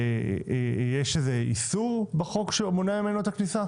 יש איסור בחוק שמונע ממנו את הכניסה?